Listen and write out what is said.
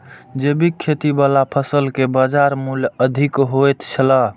जैविक खेती वाला फसल के बाजार मूल्य अधिक होयत छला